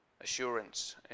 assurance